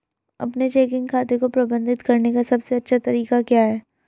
अपने चेकिंग खाते को प्रबंधित करने का सबसे अच्छा तरीका क्या है?